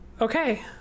okay